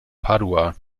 padua